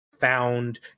found